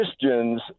Christians